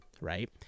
right